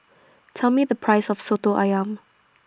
Tell Me The Price of Soto Ayam